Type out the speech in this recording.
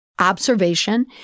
observation